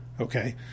Okay